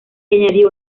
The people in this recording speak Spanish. añadió